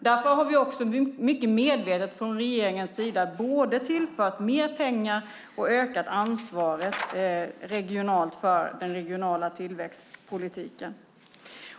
Därför har vi mycket medvetet från regeringens sida både tillfört mer pengar och ökat ansvaret regionalt för den regionala tillväxtpolitiken.